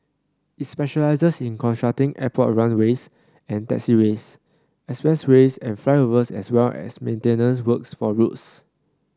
it specialises in constructing airport runways and taxiways express ways and flyovers as well as maintenance works for roads